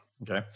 Okay